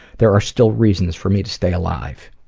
there are still reasons for me to stay alive.